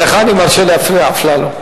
לך אני מרשה להפריע, אפללו.